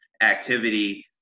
activity